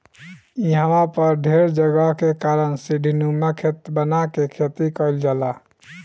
इहवा पर ढेर जगह के कारण सीढ़ीनुमा खेत बना के खेती कईल जाला